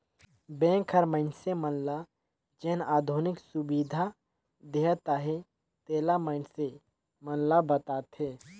bank हर मइनसे मन ल जेन आधुनिक सुबिधा देहत अहे तेला मइनसे मन ल बताथे